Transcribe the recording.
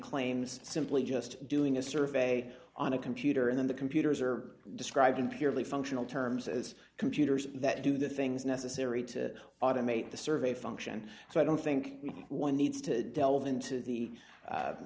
claims simply just doing a survey on a computer in the computers are described in purely functional terms as computers that do the things necessary to automate the survey function so i don't think one needs to delve into the